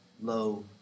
low